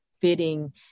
fitting